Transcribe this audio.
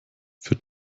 für